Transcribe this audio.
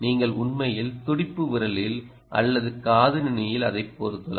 நீங்கள் உண்மையில் துடிப்பு விரலில் அல்லது காது நுனியில் அதை பொருத்தலாம்